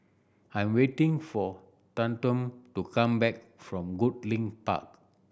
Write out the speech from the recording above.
I am waiting for Tatum to come back from Goodlink Park